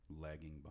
lagging